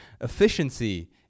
efficiency